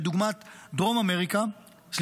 כדוגמת דרום אפריקה,